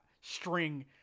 string